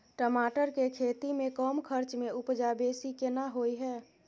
टमाटर के खेती में कम खर्च में उपजा बेसी केना होय है?